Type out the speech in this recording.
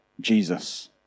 Jesus